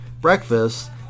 breakfast